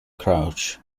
crouch